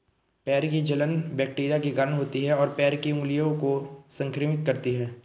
पैर की जलन बैक्टीरिया के कारण होती है, और पैर की उंगलियों को संक्रमित करती है